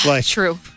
True